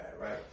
right